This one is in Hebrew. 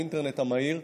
האינטרנט המהיר,